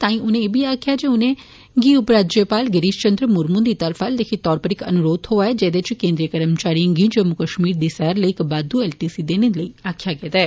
तांई उनें ए बी आक्खेया जे उन्नेंगी उपराज्यपाल गिरिश चंद्र मुरमु हुंदी तरफा लिखित तौर उप्पर इक अन्रोध थ्होआ ऐ जेहदे च कैंद्रीय कर्मचारियें गी जम्मू कश्मीर दी सैर लेई इक बाद्दू एलटीसी देने लेई आक्खेया गेदा ऐ